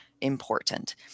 important